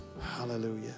Hallelujah